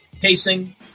casing